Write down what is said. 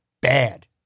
bad